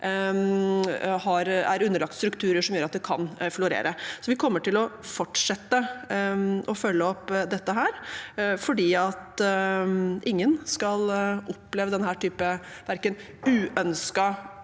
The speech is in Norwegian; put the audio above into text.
er underlagt strukturer som gjør at det kan florere. Vi kommer altså til å fortsette å følge opp dette, for ingen skal oppleve denne typen hendelser,